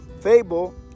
fable